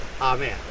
Amen